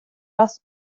раз